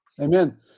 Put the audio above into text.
Amen